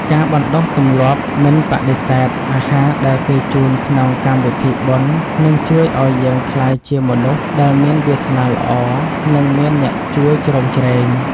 ការបណ្តុះទម្លាប់មិនបដិសេធអាហារដែលគេជូនក្នុងកម្មវិធីបុណ្យនឹងជួយឱ្យយើងក្លាយជាមនុស្សដែលមានវាសនាល្អ និងមានអ្នកជួយជ្រោមជ្រែង។